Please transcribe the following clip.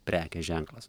prekės ženklas